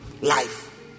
life